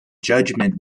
judgement